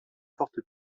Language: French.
forte